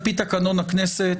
על פי תקנון הכנסת,